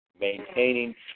maintaining